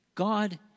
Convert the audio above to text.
God